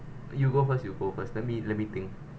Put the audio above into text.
you go first you go first let me let me think